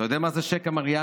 אתה יודע מה זה שקע מריאנה?